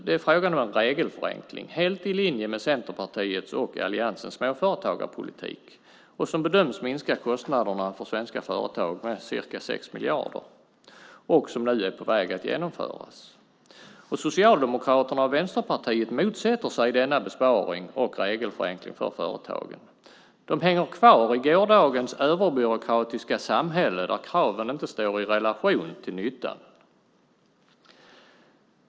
Det är frågan om en regelförenkling, helt i linje med Centerpartiets och alliansens småföretagarpolitik. Den bedöms minska kostnaderna för svenska företag med ca 6 miljarder och är nu på väg att genomföras. Socialdemokraterna och Vänsterpartiet motsätter sig denna besparing och regelförenkling för företagen. De hänger kvar i gårdagens överbyråkratiska samhälle där kraven inte står i relation till nyttan.